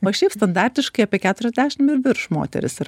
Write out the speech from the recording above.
va šiaip standartiškai apie keturiasdešim virš moterys ir